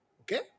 okay